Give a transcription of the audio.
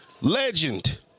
Legend